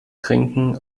trinken